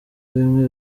bimwe